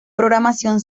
programación